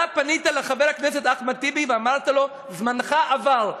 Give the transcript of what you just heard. אתה פנית לחבר הכנסת אחמד טיבי ואמרת לו: זמנך עבר.